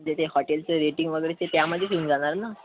जे ते हॉटेलचं रेटिंग वगैरे ते त्यामध्येच येऊन जाणार ना